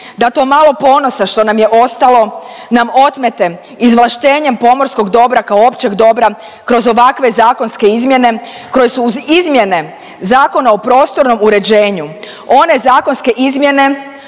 da to malo ponosa što nam je ostalo nam otmete izvlaštenjem pomorskog dobra kao općeg dobra kroz ovakve zakonske izmjene koje su uz izmjene Zakona o prostornom uređenju one zakonske izmjene,